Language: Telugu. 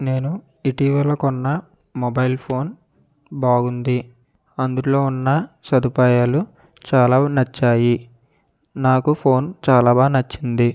నేను ఇటీవల కొన్న మొబైల్ ఫోన్ బాగుంది అందులో ఉన్న సదుపాయాలు చాలా నచ్చాయి నాకు ఫోన్ చాలా బాగా నచ్చింది